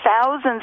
thousands